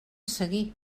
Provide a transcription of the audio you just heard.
seguir